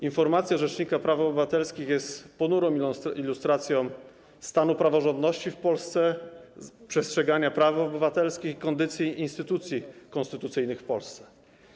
Informacja rzecznika praw obywatelskich jest ponurą ilustracją stanu praworządności w Polsce, przestrzegania praw obywatelskich, kondycji instytucji konstytucyjnych w Polsce.